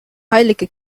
heilige